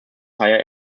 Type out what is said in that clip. higher